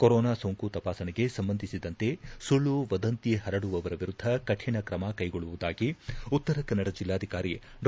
corona ಸೋಂಕು ತಪಾಸಣೆಗೆ ಸಂಬಂಧಿಸಿದಂತೆ ಸುಳ್ನು ವದಂತಿ ಹರಡುವವರ ವಿರುದ್ದ ಕಠಿಣ ಕ್ರಮ ಕೈಗೊಳ್ಳುವುದಾಗಿ ಉತ್ತರಕನ್ನಡ ಜಿಲ್ಲಾಧಿಕಾರಿ ಡಾ